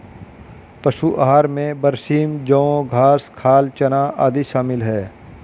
पशु आहार में बरसीम जौं घास खाल चना आदि शामिल है